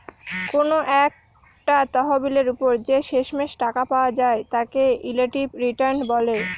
কোনো একটা তহবিলের ওপর যে শেষমেষ টাকা পাওয়া যায় তাকে রিলেটিভ রিটার্ন বলে